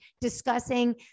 discussing